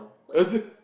uh the